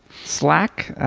slack,